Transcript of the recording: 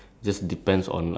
ya to me